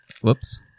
whoops